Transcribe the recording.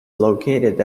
located